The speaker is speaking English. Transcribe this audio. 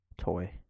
toy